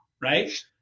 right